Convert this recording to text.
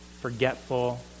forgetful